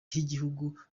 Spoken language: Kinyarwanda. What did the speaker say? h’igihugu